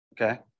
okay